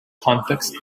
context